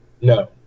No